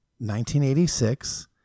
1986